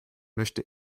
möchte